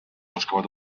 oskavad